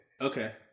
Okay